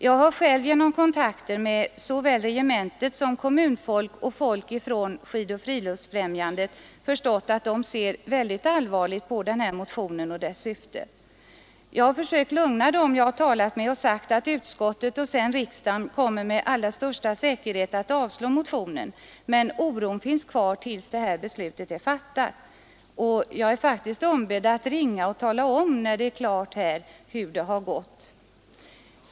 Jag har själv genom kontakter med såväl regemente som kommunfolk och folk från Skidoch friluftsfrämjandet förstått att de ser utomordentligt allvarligt på motionen och dess syfte. Jag har försökt lugna dem, jag har talat med dem och sagt att utskottet kommer att avstyrka och riksdagen sedan med allra största säkerhet att avslå motionen, men oron finns kvar tills beslutet här är fattat. Jag är faktiskt ombedd att ringa när det är klart och tala om hur det har gått.